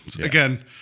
Again